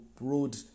road